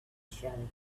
showing